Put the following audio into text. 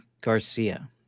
Garcia